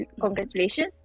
Congratulations